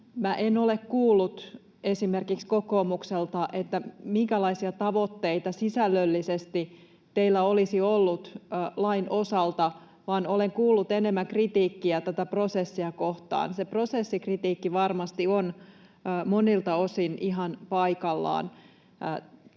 en ole kuullut esimerkiksi kokoomukselta, minkälaisia tavoitteita sisällöllisesti teillä olisi ollut lain osalta, vaan olen kuullut enemmän kritiikkiä tätä prosessia kohtaan. Se prosessikritiikki varmasti on monilta osin ihan paikallaan,